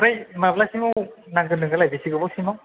आमफ्राय माब्लासिमाव नांगोन नोंनोलाय बिसि गोबाव सिमाव